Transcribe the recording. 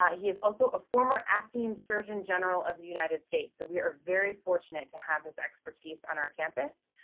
ah he is also a former acting surgeon general of the united states. so we are very fortunate to have his expertise on our campus.